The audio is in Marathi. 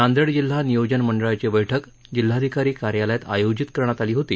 नांदेड जिल्हा नियोजन मंडळाची बैठक जिल्हाधिकारी कार्यालयात आयोजित करण्यात आली होती